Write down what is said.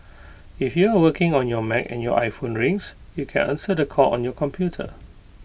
if you are working on your Mac and your iPhone rings you can answer the call on your computer